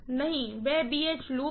नहीं वह BH loop में है